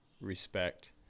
respect